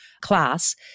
class